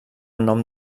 nom